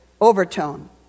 overtone